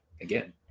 again